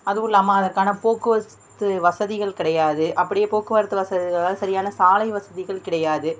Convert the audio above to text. அதுவும் இல்லாமல் அதற்கான போக்குவரத்து வசதிகள் கிடையாது அப்படியே போக்குவரத்து வசதிகளெலாம் சரியான சாலை வசதிகள் கிடையாது